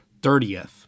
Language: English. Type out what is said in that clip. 30th